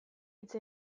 hitz